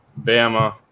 Bama